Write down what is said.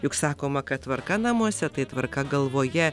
juk sakoma kad tvarka namuose tai tvarka galvoje